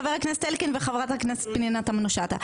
חבר הכנסת אלקין וחברת הכנסת פנינה תמנו שטה,